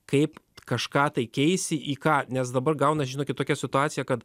kaip kažką tai keisi į ką nes dabar gaunas žinokit tokia situacija kad